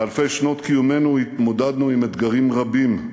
באלפי שנות קיומנו התמודדנו עם אתגרים רבים,